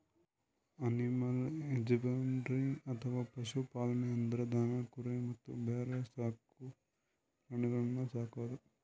animal husbandry ಅಥವಾ ಪಶು ಪಾಲನೆ ಅಂದ್ರ ದನ ಕುರಿ ಮತ್ತ್ ಬ್ಯಾರೆ ಸಾಕ್ ಪ್ರಾಣಿಗಳನ್ನ್ ಸಾಕದು